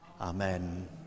Amen